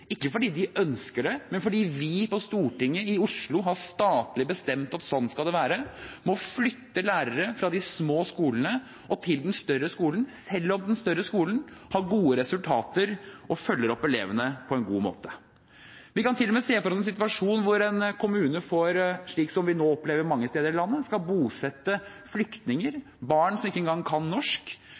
ikke fordi de ønsker det, men fordi vi på Stortinget, i Oslo, har statlig bestemt at sånn skal det være – må flytte lærere fra de små skolene og til den større skolen, selv om den større skolen har gode resultater og følger opp elevene på en god måte. Vi kan til og med se for oss en situasjon hvor en kommune skal bosette flyktninger og barn som ikke engang kan norsk, slik som vi nå opplever mange steder i landet.